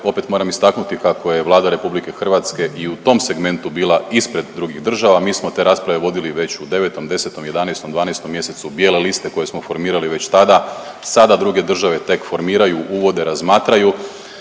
opet moram istaknuti kako je Vlada RH i u tom segmentu bila ispred drugih država. Mi smo te rasprave vodili već u 9., 10., 11., 12. mjesecu, bijele liste koje smo formirali već tada, sada druge države tek formiraju, uvode, razmatraju.